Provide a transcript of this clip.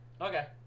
Okay